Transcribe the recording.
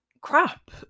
crap